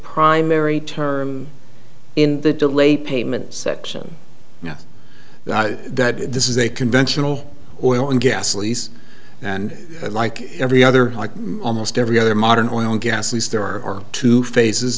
primary term in the delay payment section now that this is a conventional oil and gas lease and like every other like almost every other modern oil and gas lease there are two phases